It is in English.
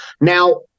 Now